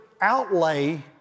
outlay